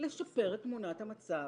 לשפר את תמונת המצב